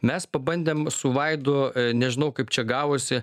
mes pabandėm su vaidu nežinau kaip čia gavosi